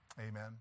Amen